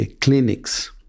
clinics